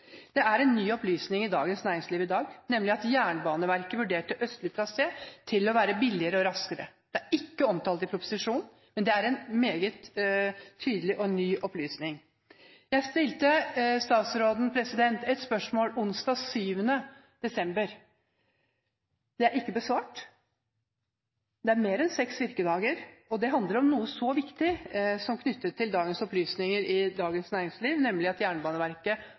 Det er en ny opplysning i Dagens Næringsliv i dag, nemlig at Jernbaneverket vurderte østlig trasé til å være billigere og raskere. Det er ikke omtalt i proposisjonen, men det er en meget tydelig og ny opplysning. Jeg stilte statsråden et spørsmål onsdag 7. desember. Det er ikke besvart. Det er mer enn seks virkedager siden, og det handler om noe viktig – som er knyttet til dagens opplysninger i Dagens Næringsliv – nemlig at Jernbaneverket